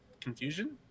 confusion